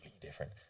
different